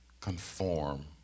conform